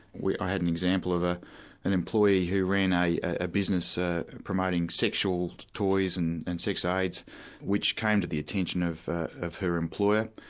i had an example of ah an employee who ran a ah business ah promoting sexual toys and and sex aids, which came to the attention of of her employer.